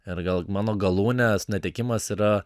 ir gal mano galūnės netekimas yra